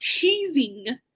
teasing